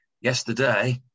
Yesterday